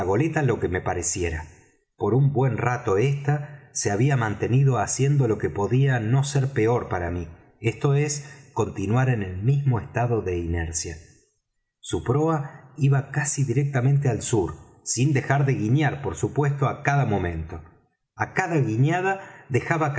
lo que me pareciera por un buen rato ésta se había mantenido haciendo lo que podía no ser peor para mí esto es continuar en el mismo estado de inercia su proa iba casi directamente al sur sin dejar de guiñar por supuesto á cada momento á cada guiñada dejaba